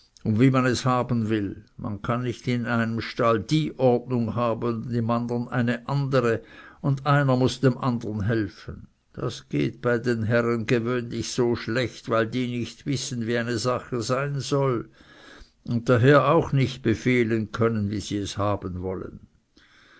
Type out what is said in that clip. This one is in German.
und wie man es haben will man kann nicht in einem stall die ordnung haben und im andern eine andere und einer muß dem andern helfen das geht bei den herren gewöhnlich so schlecht weil die nicht wissen wie eine sache sein soll und daher auch nicht befehlen können wie sie es haben wollen